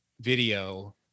video